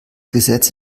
gesetz